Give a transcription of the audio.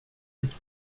sept